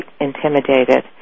intimidated